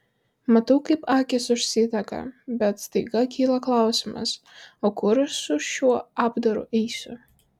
matau kaip akys užsidega bet staiga kyla klausimas o kur aš su šiuo apdaru eisiu